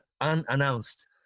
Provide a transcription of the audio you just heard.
unannounced